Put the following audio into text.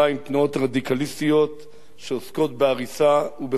רדיקליסטיות שעוסקות בהריסה ובחורבן,